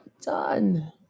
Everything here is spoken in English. done